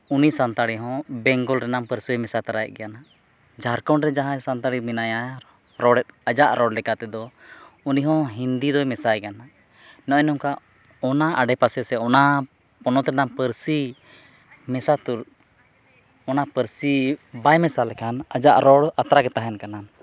ᱩᱱᱤ ᱥᱟᱱᱛᱟᱲᱤ ᱦᱚᱸ ᱵᱮᱝᱜᱚᱞ ᱨᱮᱱᱟᱜ ᱯᱟᱹᱨᱥᱤ ᱢᱮᱥᱟ ᱛᱚᱨᱟᱭᱮᱫ ᱜᱮᱭᱟ ᱱᱟᱜ ᱡᱷᱟᱨᱠᱷᱚᱸᱰ ᱨᱮ ᱡᱟᱦᱟᱭ ᱥᱟᱱᱛᱟᱲᱤ ᱢᱮᱱᱟᱭᱟ ᱨᱚᱲᱮᱫ ᱟᱡᱟᱜ ᱨᱚᱲ ᱞᱮᱠᱟ ᱛᱮᱫᱚ ᱩᱱᱤᱦᱚᱸ ᱦᱤᱱᱫᱤ ᱫᱚᱭ ᱢᱮᱥᱟᱭ ᱜᱮᱭᱟ ᱱᱟᱜ ᱱᱚᱜᱼᱚᱭ ᱱᱚᱝᱠᱟ ᱚᱱᱟ ᱟᱰᱮᱯᱟᱥᱮ ᱥᱮ ᱚᱱᱟ ᱯᱚᱱᱚᱛ ᱨᱮᱱᱟᱜ ᱯᱟᱹᱨᱥᱤ ᱢᱮᱥᱟ ᱩᱛᱟᱹᱨ ᱚᱱᱟ ᱯᱟᱹᱨᱥᱤ ᱵᱟᱭ ᱢᱮᱥᱟ ᱞᱮᱠᱷᱟᱱ ᱟᱡᱟᱜ ᱨᱚᱲ ᱟᱛᱨᱟᱜᱮ ᱛᱟᱦᱮᱱ ᱠᱟᱱᱟ